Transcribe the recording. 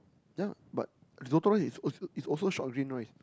yea but Risotto rice is aslo is also short green rice